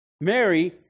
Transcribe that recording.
Mary